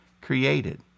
created